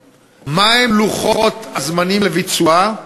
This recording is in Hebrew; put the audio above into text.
2. מה הם לוחות הזמנים לביצוע?